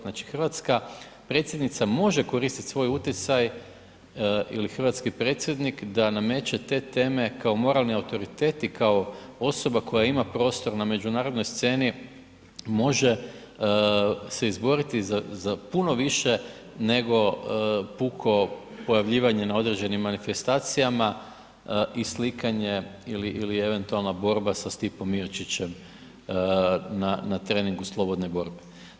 Znači, hrvatska predsjednica može koristit svoj utjecaj ili hrvatski predsjednik da nameće te teme kao moralni autoriteti, kao osoba koja ima prostor na međunarodnoj sceni može se izboriti za puno više nego puko pojavljivanje na određenim manifestacijama i slikanje ili eventualna borba sa Stipom Miočićem na treningu slobodne borbe.